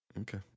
Okay